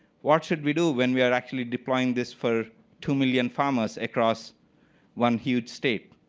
what should we do when we are actually deploying this for two million farmers across one huge state?